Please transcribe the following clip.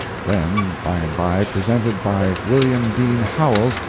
then, by and by, presented by william dean howells,